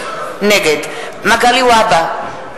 נגד מגלי והבה,